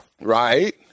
right